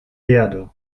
erde